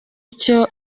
ico